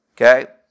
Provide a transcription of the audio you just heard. Okay